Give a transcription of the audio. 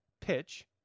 Pitch